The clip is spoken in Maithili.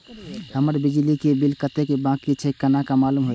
हमर बिजली के बिल कतेक बाकी छे केना मालूम होते?